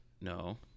No